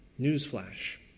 newsflash